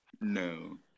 no